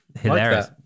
Hilarious